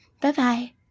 Bye-bye